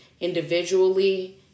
individually